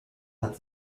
hat